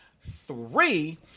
Three